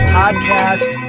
podcast